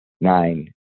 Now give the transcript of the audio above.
Nine